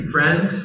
Friends